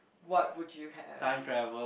what would you have